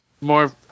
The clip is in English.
more